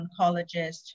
oncologist